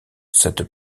cette